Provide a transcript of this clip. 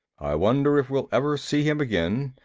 i wonder if we'll ever see him again.